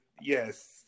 yes